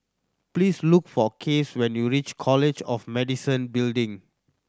please look for Case when you reach College of Medicine Building